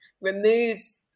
removes